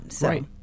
Right